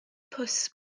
pws